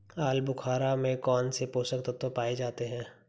आलूबुखारा में कौन से पोषक तत्व पाए जाते हैं?